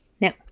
Now